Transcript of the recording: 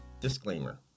disclaimer